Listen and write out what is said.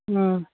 ꯎꯝ